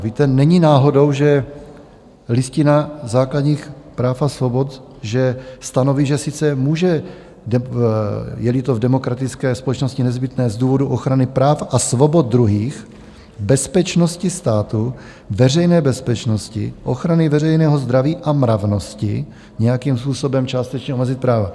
Víte, není náhodou, že Listina základních práv a svobod stanoví, že sice může, jeli to v demokratické společnosti nezbytné z důvodu ochrany práv a svobod druhých, bezpečnosti státu, veřejné bezpečnosti, ochrany veřejného zdraví a mravnosti, nějakým způsobem částečně omezit práva.